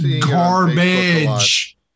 garbage